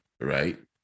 right